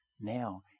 Now